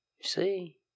see